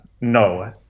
no